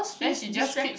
then she just keeps